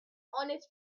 ornate